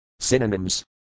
Synonyms